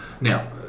Now